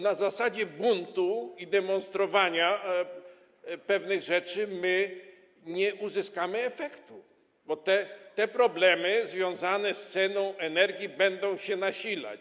Na zasadzie buntu i demonstrowania pewnych rzeczy my nie uzyskamy efektu, bo te problemy związane z ceną energii będą się nasilać.